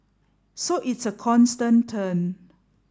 so it's a constant turn